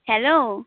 hello